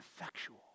effectual